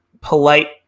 polite